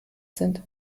sind